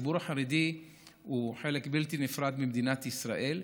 הציבור החרדי הוא חלק בלתי נפרד ממדינת ישראל,